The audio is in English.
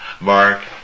Mark